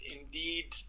indeed